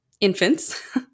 infants